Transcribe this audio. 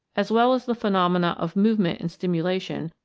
as well as the phenomena of movement and stimulation,